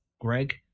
Greg